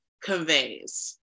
conveys